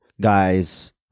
guys